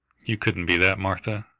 you couldn't be that, martha.